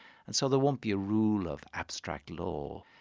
and so there won't be a rule of abstract law.